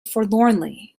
forlornly